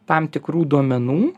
tam tikrų duomenų